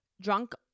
drunk